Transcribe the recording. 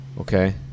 Okay